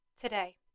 today